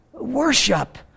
Worship